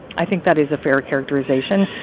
i think that is a fair characterization.